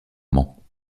mans